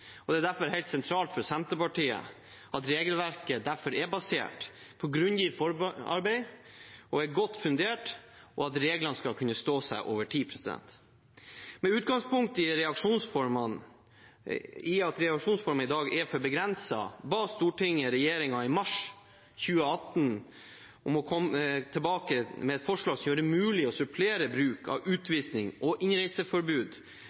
liv. Det er derfor helt sentralt for Senterpartiet at regelverket er basert på grundig forarbeid, er godt fundert og at reglene skal kunne stå seg over tid. Med utgangspunkt i at reaksjonsformene i dag er for begrensede, ba Stortinget regjeringen i mars 2018 om å komme tilbake med et forslag som gjør det mulig å supplere bruk av